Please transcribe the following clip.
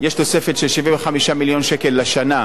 יש תוספת של 75 מיליון שקל לשנה,